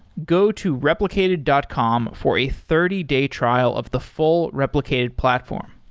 go to replicated dot com for a thirty day trial of the full replicated platform.